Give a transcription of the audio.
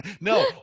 No